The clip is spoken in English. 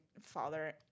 father